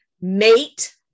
mate